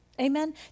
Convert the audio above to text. Amen